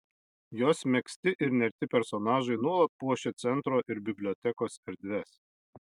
jos megzti ir nerti personažai nuolat puošia centro ir bibliotekos erdves